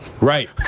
Right